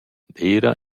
d’eira